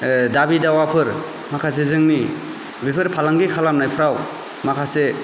दाबि दावाफोर माखासे जोंनि बेफोर फालांगि खालामनायफ्राव माखासे